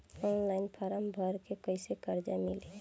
Online form भर के कैसे कर्जा मिली?